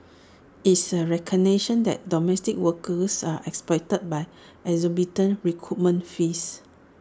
it's A recognition that domestic workers are exploited by exorbitant recruitment fees